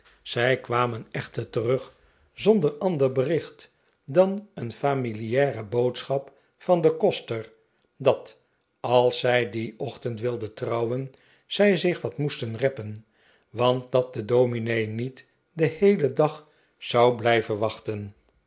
zij kwamen echter terug zonder ander bericht dan een familiare boodschap van den koster dat als zij dien ochtend wilden trouwen zij zich wat moesten reppen want dat de domine niet den heelen dag zou blijven wachten